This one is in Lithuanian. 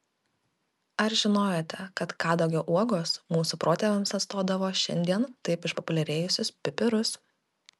ar žinojote kad kadagio uogos mūsų protėviams atstodavo šiandien taip išpopuliarėjusius pipirus